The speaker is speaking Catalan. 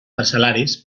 parcel·laris